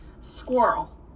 squirrel